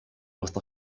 وسط